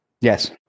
Yes